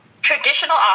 Traditional